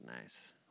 nice